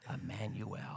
Emmanuel